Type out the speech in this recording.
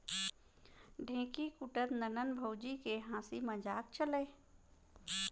ढेंकी कूटत ननंद भउजी के हांसी मजाक चलय